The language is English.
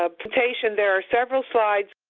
ah presentation there are several slides.